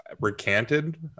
recanted